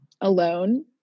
alone